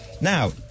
Now